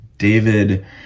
David